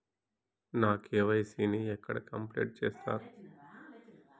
నా కే.వై.సీ ని ఎక్కడ కంప్లీట్ చేస్తరు?